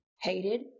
hated